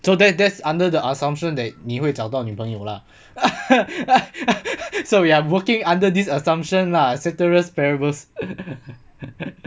so that that's under the assumption that 你会找到女朋友 lah so we are working under this assumption lah ceteris paribus